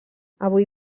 avui